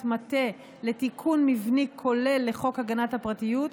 מטה לתיקון מבני כולל לחוק הגנת הפרטיות,